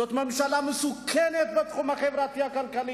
זאת ממשלה מסוכנת בתחום החברתי-הכלכלי,